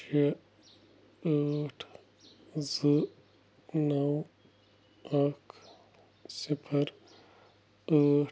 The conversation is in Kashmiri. شےٚ ٲٹھ زٕ نَو اَکھ صِفَر ٲٹھ